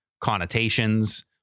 connotations